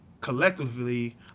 collectively